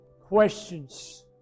questions